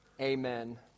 Amen